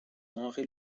henri